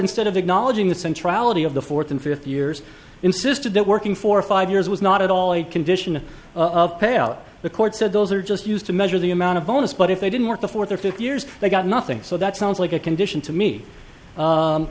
instead of acknowledging the central valley of the fourth and fifth years insisted that working for five years was not at all a condition of payout the court said those are just used to measure the amount of bonus but if they didn't work the fourth or fifth years they got nothing so that sounds like a condition to me